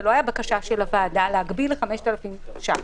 זה לא היה בקשה של הוועדה להגביל ל-5,000 ש"ח.